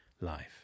life